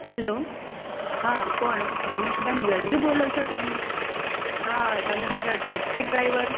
hello હા કોણ રમેશદાન ગઢવી બોલો છો તમે હા તમે મારા ટેક્સી ડ્રાઈવર